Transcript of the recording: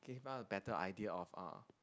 can you find a better idea of uh